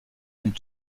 dem